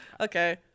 Okay